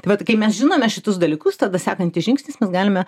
tai vat kai mes žinome šitus dalykus tada sekantis žingsnis mes galime